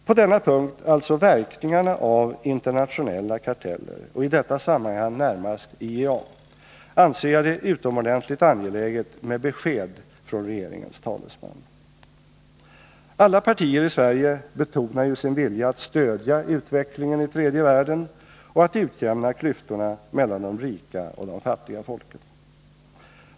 På denna punkt, alltså verkningarna av internationella karteller och i detta sammanhang närmast IEA, anser jag det utomordentligt angeläget med ett besked från regeringens talesman. Alla partier i Sverige betonar sin vilja att stödja utvecklingen i tredje världen och att utjämna klyftorna mellan de rika och de fattiga folken.